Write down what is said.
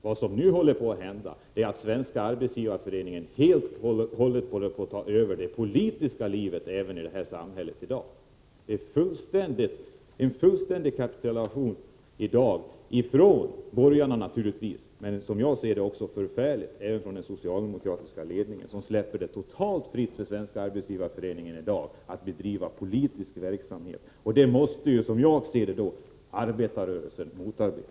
Vad som nu händer är att Svenska arbetsgivareföreningen helt håller på att ta över även det politiska livet i samhället. Det är en fullständig kapitulation i dag, naturligtvis av borgarna men också av den socialdemokratiska ledningen, som släpper det totalt fritt för Svenska arbetsgivareföreningen att bedriva politisk verksamhet. Det måste, som jag ser det, arbetarrörelsen motarbeta.